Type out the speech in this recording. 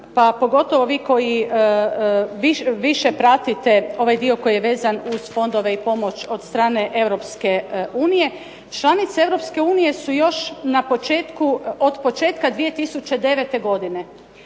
pogotovo vi koji više pratite ovaj dio koji je vezan uz fondove i pomoć od strane Europske unije, članice Europske unije su još od početka 2009. godine